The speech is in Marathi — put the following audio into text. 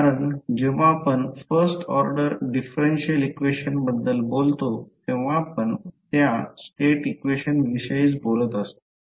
कारण जेव्हा आपण फर्स्ट ऑर्डर डिफरेन्शियल इक्वेशन बद्दल बोलतो तेव्हा आपण त्या स्टेट इक्वेशन विषयीच बोलत असतो